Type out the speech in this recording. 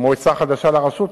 מועצה חדשה לרשות,